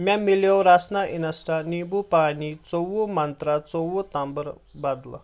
مےٚ مِلٮ۪و رسنا اِنسٹا نیٖنٛبوٗ پانی ژۄوُہ منٛترٛا ژۄوُہ تمبٕر بدلہٕ